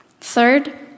Third